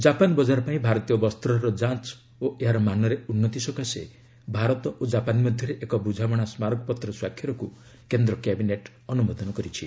Japan ବକାର ପାଇଁ ଭାରତୀୟ ବସ୍ତ୍ରର ଯାଞ୍ଚ ଓ ଏହାର ମାନରେ ଉନ୍ନତି ସକାଶେ ଭାରତ ଓ ଜାପାନ ମଧ୍ୟରେ ଏକ ବୁଝାମଣା ସ୍କାରକପତ୍ର ସ୍ୱାକ୍ଷରକୁ କେନ୍ଦ୍ର କ୍ୟାବିନେଟ୍ ଅନୁମୋଦନ କରିଛି